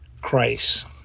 Christ